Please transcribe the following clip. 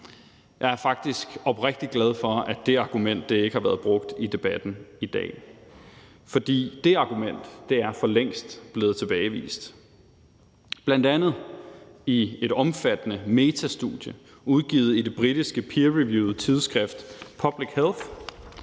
Jeg er faktisk oprigtig glad for, at det argument ikke har været brugt i debatten i dag, for det argument er for længst blevet tilbagevist, bl.a. i et omfattende metastudie udgivet i det britiske peerreviewede tidsskrift »Public Health«,